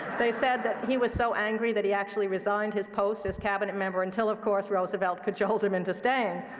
they said that he was so angry that he actually resigned his post as cabinet member until, of course, roosevelt cajoled him into staying.